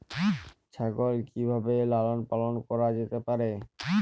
ছাগল কি ভাবে লালন পালন করা যেতে পারে?